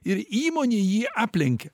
ir įmonė jį aplenkia